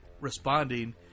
responding